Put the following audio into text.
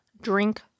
Drink